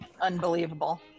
Unbelievable